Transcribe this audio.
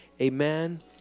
Amen